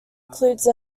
includes